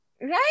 Right